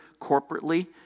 corporately